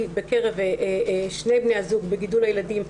בקרב שני בני הזוג בגידול הילדים,